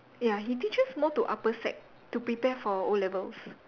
ya he teaches more to upper sec to prepare for O-levels